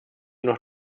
noch